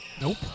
Nope